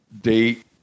date